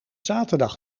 zaterdag